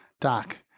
Doc